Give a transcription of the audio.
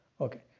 Okay